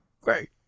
Great